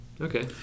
okay